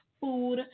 food